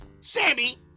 Sammy